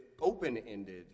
open-ended